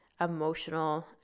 emotional